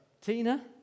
Tina